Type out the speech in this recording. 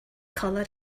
color